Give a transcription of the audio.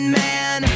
man